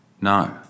No